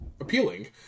appealing